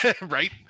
right